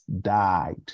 died